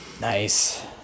Nice